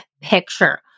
picture